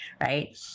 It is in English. Right